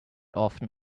often